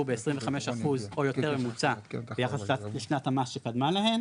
ב-25% או יותר בממוצע ביחס לשנת המס שקדמה להן,